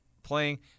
playing